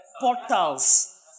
portals